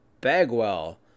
Bagwell